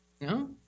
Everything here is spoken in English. No